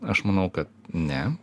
aš manau kad ne